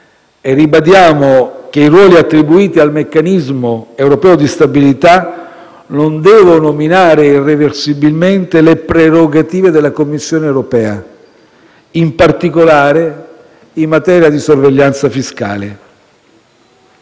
ribadiamo che i ruoli attribuiti al meccanismo europeo di stabilità non devono minare irreversibilmente le prerogative della Commissione europea, in particolare in materia di sorveglianza fiscale.